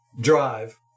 drive